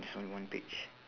this one one page